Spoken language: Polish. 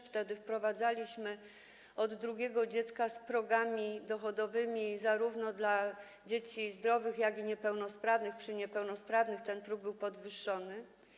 Wtedy wprowadzaliśmy to od drugiego dziecka, z progami dochodowymi, zarówno dla dzieci zdrowych, jak i niepełnosprawnych; przy niepełnosprawnych ten próg był podwyższony.